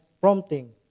prompting